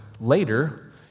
later